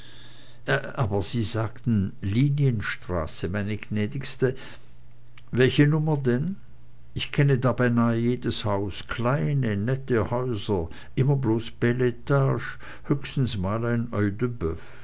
aber sie sagten linienstraße meine gnädigste welche nummer denn ich kenne da beinah jedes haus kleine nette häuser immer bloß beletage höchstens mal ein